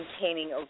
maintaining